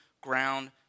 ground